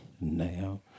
Now